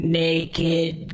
naked